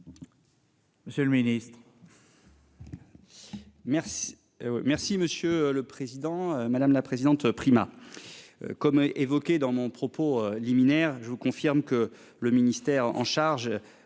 Monsieur le Ministre.